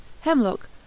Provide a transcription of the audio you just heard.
hemlock